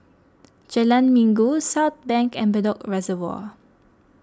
Jalan Minggu Southbank and Bedok Reservoir